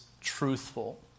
truthful